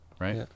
Right